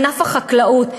ענף החקלאות,